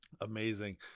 Amazing